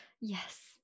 yes